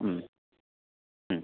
മ്മ് മ്മ്